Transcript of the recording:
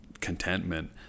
contentment